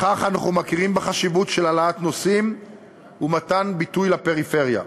בכך אנחנו מכירים בחשיבות של העלאת נושאים ומתן ביטוי לפריפריה.